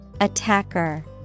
Attacker